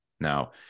Now